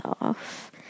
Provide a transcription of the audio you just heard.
off